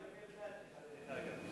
דרך אגב.